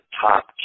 top